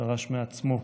דרש מעצמו,